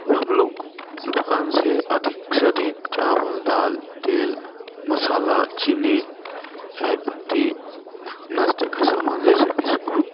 हम लोग दुकान से अधिक से अधिक चावल दाल तेल मसाला चीनी चाय पत्ती नाश्ते का समान जैसे बिस्किट